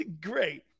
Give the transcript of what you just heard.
Great